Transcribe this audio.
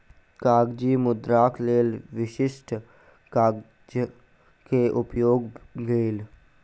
कागजी मुद्राक लेल विशिष्ठ कागज के उपयोग गेल